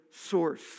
source